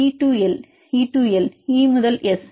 மாணவர் E to L E to L மாணவர் E முதல் எஸ்